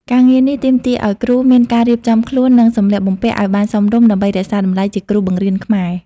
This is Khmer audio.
ការងារនេះទាមទារឱ្យគ្រូមានការរៀបចំខ្លួន និងសម្លៀកបំពាក់ឱ្យបានសមរម្យដើម្បីរក្សាតម្លៃជាគ្រូបង្រៀនខ្មែរ។